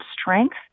strength